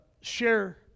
share